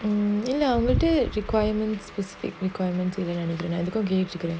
um இல்லஅவளுக்கே:illa avaluke requirements specific requirements within any because people game it together